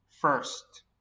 first